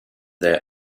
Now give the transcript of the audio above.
their